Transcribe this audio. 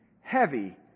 heavy